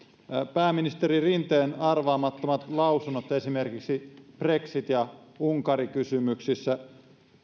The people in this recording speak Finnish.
pääministeri rinteen arvaamattomat lausunnot esimerkiksi brexit ja unkari kysymyksissä